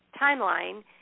timeline